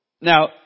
Now